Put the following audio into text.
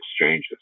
exchanges